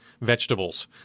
vegetables